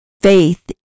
Faith